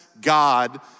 God